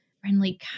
friendly